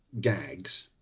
gags